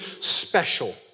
special